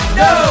no